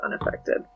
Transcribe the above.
unaffected